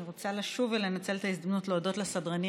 אני רוצה לשוב ולנצל את ההזדמנות להודות לסדרנים